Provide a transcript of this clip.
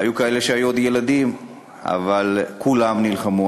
היו כאלה שהיו עוד ילדים, אבל כולם נלחמו.